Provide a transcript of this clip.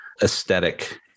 aesthetic